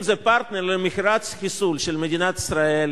אם זה פרטנר למכירת חיסול של מדינת ישראל,